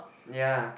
ya